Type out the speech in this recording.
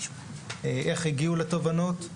איך הגיעו לתובנות.